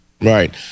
Right